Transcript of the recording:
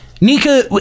Nika